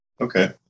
Okay